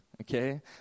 okay